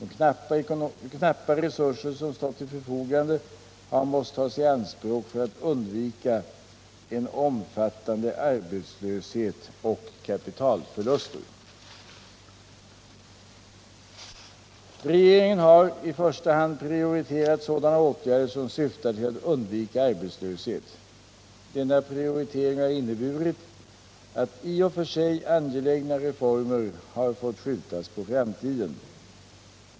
De knappa resurser som stått till förfogande har måst tas i anspråk för att undvika en omfattande arbetslöshet och kapitalförluster. Regeringen har i första hand prioriterat sådana åtgärder som syftar till att undvika arbetslöshet. Denna prioritering har inneburit att i och för sig angelägna reformer har fått skjutas på framtiden.